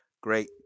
great